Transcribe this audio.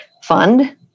fund